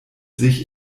sich